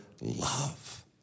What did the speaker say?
love